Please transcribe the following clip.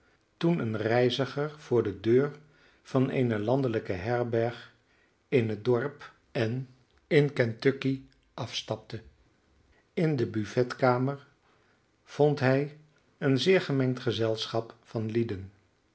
toen een reiziger voor de deur van eene landelijke herberg in het dorp n in kentucky afstapte in de buffetkamer vond hij een zeer gemengd gezelschap van lieden